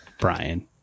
Brian